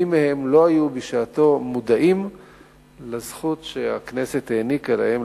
רבים מהם לא היו מודעים בשעתו לזכות שהכנסת העניקה להם,